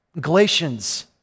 Galatians